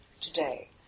today